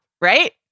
right